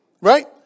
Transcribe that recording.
Right